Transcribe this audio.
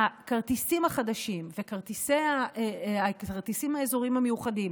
הכרטיסים החדשים והכרטיסים האזוריים המיוחדים